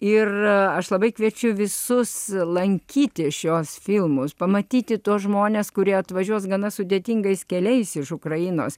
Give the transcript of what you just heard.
ir aš labai kviečiu visus lankyti šiuos filmus pamatyti tuos žmones kurie atvažiuos gana sudėtingais keliais iš ukrainos